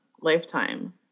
Lifetime